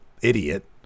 idiot